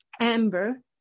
Amber